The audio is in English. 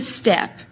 step